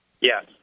Yes